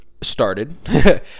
started